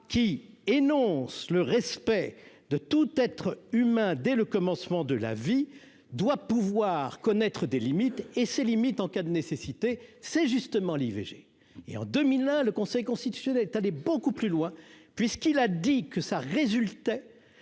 qui énonce le respect de tout être humain dès le commencement de la vie doit pouvoir connaître des limites et ces limites en cas de nécessité, c'est justement l'IVG et en 2001, le Conseil constitutionnel est allé beaucoup plus loin puisqu'il a dit que ça résultait